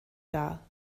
dar